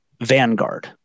Vanguard